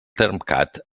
termcat